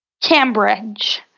Cambridge